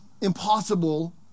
impossible